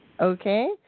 Okay